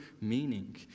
meaning